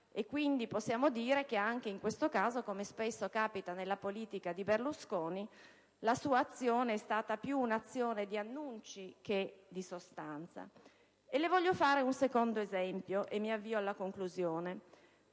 Quindi, possiamo affermare che anche in questo caso ‑ come spesso capita nella politica di Berlusconi ‑ la sua azione è stata più di annunci che di sostanza. Le voglio fare poi un secondo esempio, e mi avvio alla conclusione.